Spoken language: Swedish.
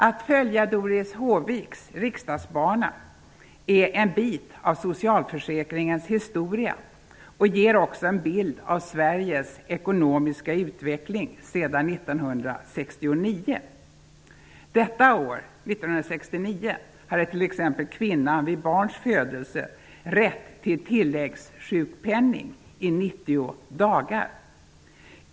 Att följa Doris Håviks riksdagsbana är att följa en bit av socialförsäkringens historia och ger också en bild av Sveriges ekonomiska utveckling sedan 1969. Detta år hade t.ex. kvinnan vid barns födelse rätt till tilläggssjukpenning i 90 dagar.